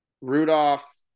Rudolph